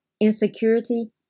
insecurity